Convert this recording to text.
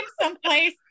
someplace